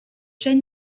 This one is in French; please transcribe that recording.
chen